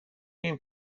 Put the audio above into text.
این